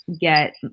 get